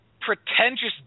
pretentious